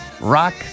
rock